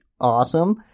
awesome